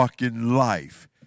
life